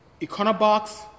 econobox